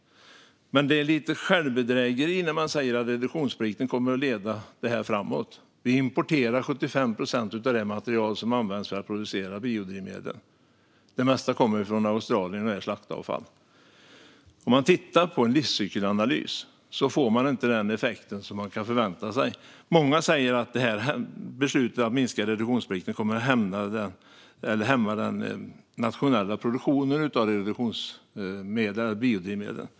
Men det är lite självbedrägeri att säga att reduktionsplikten kommer att leda det här framåt. Vi importerar 75 procent av det material som används för att producera biodrivmedel. Det mesta är slaktavfall från Australien. En livscykelanalys ger inte den effekt som man kan förvänta sig. Många säger att beslutet att minska reduktionsplikten kommer att hämma den nationella produktionen av biodrivmedel.